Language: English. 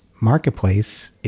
marketplace